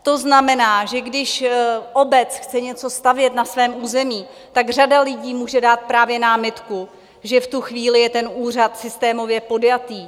To znamená, že když obec chce něco stavět na svém území, řada lidí může dát právě námitku, že v tu chvíli je ten úřad systémově podjatý.